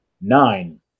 Nine